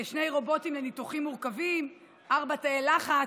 שני רובוטים לניתוחים מורכבים, ארבעה תאי לחץ,